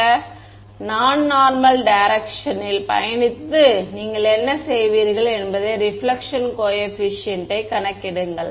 சில நான் normal direction ல் பயணித்து நீங்கள் என்ன செய்வீர்கள் என்பதைப் ரிபிலக்ஷன் கோஏபிசியன்ட் யை கணக்கிடுங்கள்